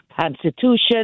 constitution